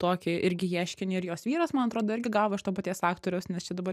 tokį irgi ieškinį ir jos vyras man atrodo irgi gavo iš to paties aktoriaus nes čia dabar